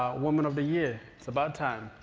woman of the year, it's about time,